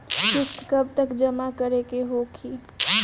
किस्त कब तक जमा करें के होखी?